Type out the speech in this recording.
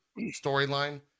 storyline